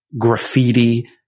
graffiti